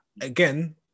again